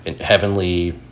heavenly